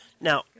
Now